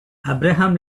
abraham